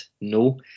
No